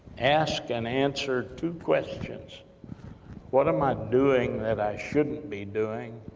ask, and answer two questions what am i doing, that i shouldn't be doing,